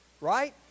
right